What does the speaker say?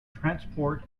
transport